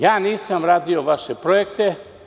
Ja nisam radio vaše projekte.